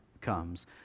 comes